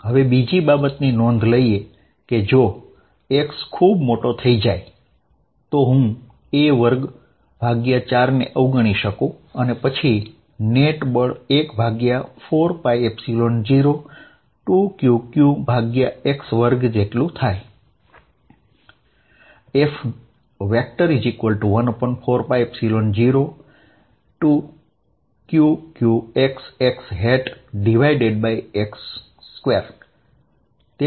હવે બીજી બાબતની નોંધ લઇએ કે જો x ખૂબ મોટો થઈ જાય તો હું a24 ને અવગણી શકું છું અને નેટ ફોર્સ F14π02Qqxxx2 થશે